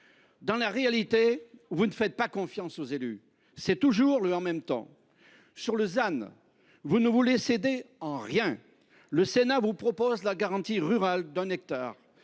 dans la réalité, vous ne faites pas confiance aux élus. C’est toujours le « en même temps ». En ce qui concerne le ZAN, vous ne voulez céder en rien. Le Sénat vous propose la garantie rurale d’un hectare,